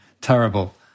terrible